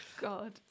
God